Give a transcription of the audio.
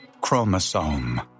chromosome